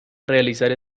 realizar